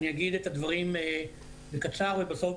אני אגיד את הדברים בקצרה ובסוף,